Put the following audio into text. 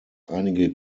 einige